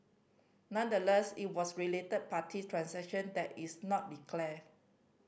nonetheless it was related party transaction that it's not declared